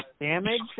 damage